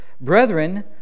Brethren